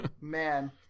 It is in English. Man